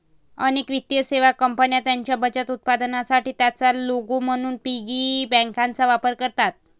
अनेक वित्तीय सेवा कंपन्या त्यांच्या बचत उत्पादनांसाठी त्यांचा लोगो म्हणून पिगी बँकांचा वापर करतात